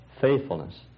faithfulness